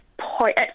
point